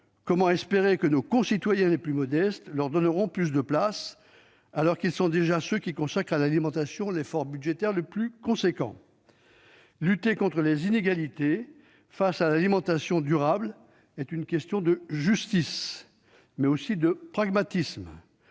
Comment espérer que nos concitoyens les plus modestes leur donneront plus de place alors qu'ils sont déjà ceux qui consacrent à l'alimentation l'effort budgétaire le plus important ? Lutter contre les inégalités face à l'alimentation durable est une question de justice, mais aussi de pragmatisme.